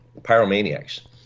pyromaniacs